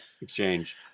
exchange